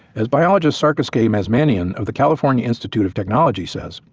as biologist sarkis k. mazmanian, of the california institute of technology says,